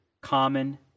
common